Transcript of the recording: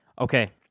Okay